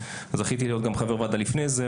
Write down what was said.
זכיתי להיות גם חבר ועדה לפני זה,